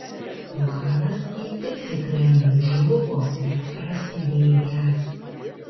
planas įtikti kremliui žlugo neprasidėjęs